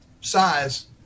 size